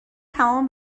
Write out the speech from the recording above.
تمام